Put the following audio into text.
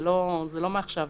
זה לא מעכשיו לעכשיו.